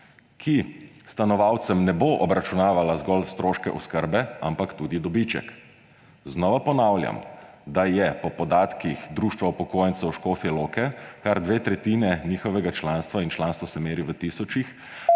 ki stanovalcem ne bo obračunavala zgolj stroškov oskrbe, ampak tudi dobiček. Znova ponavljam, da je po podatkih Društva upokojencev Škofja Loka kar dve tretjini njihovega članstva – in članstvo se meri v tisočih